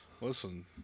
Listen